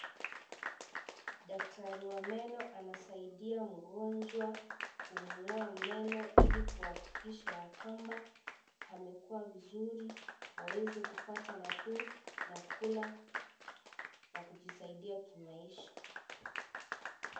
Daktari wa meno anasaidia mgonjwa kumuoa meno ili kuhakikisha ya kwamba amekuwa vizuri, aweze kupata nafuu na kula na kujisaidia kimaisha.